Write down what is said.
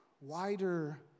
wider